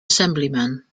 assemblyman